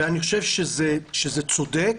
לדעתי, זה צודק.